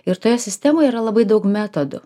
ir toje sistemoje yra labai daug metodų